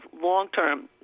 long-term